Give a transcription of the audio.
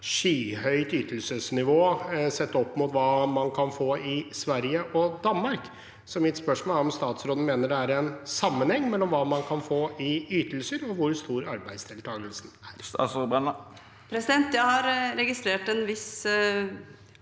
skyhøyt ytelsesnivå sett opp mot hva man kan få i Sverige og Danmark. Så mitt spørsmål er om statsråden mener det er en sammenheng mellom hva man kan få i ytelser, og hvor stor arbeidsdeltakelsen er. Statsråd Tonje Brenna Jeg har registrert en viss